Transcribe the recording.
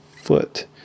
foot